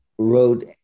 Wrote